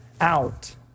out